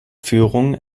führung